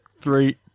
Three